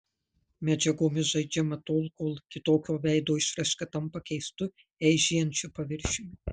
medžiagomis žaidžiama tol kol kitokio veido išraiška tampa keistu eižėjančiu paviršiumi